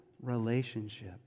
relationship